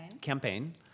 Campaign